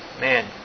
Man